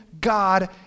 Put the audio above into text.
God